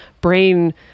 brain